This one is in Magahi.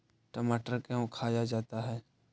टमाटर क्यों खाया जाता है?